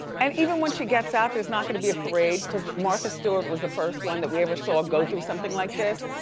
and even when she gets out, there's not gonna be a parade, cause martha stewart was the first one that we ever saw go through something like this.